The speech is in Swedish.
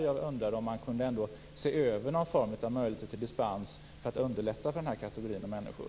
Jag undrar om man kan se över möjligheterna till en dispens för att underlätta för den här kategorin människor.